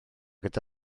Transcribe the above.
gyda